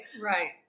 Right